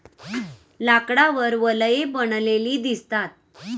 लाकडावर वलये बनलेली दिसतात